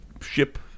ship